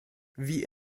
wie